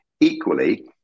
Equally